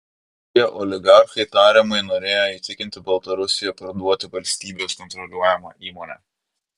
šie oligarchai tariamai norėjo įtikinti baltarusiją parduoti valstybės kontroliuojamą įmonę